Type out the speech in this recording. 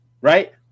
right